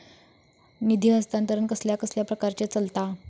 निधी हस्तांतरण कसल्या कसल्या प्रकारे चलता?